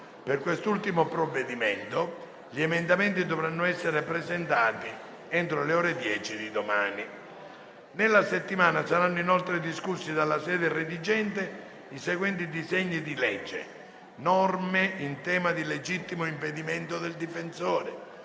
Per quest'ultimo provvedimento gli emendamenti dovranno essere presentati entro le ore 10 di domani. Nella settimana saranno inoltre discussi, dalla sede redigente, i seguenti disegni di legge: norme in tema di legittimo impedimento del difensore;